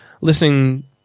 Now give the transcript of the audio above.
listening